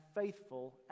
faithful